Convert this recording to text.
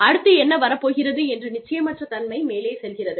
அடுத்து என்ன வரப்போகிறது என்ற நிச்சயமற்ற தன்மை மேலே செல்கிறது